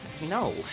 No